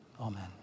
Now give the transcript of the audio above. Amen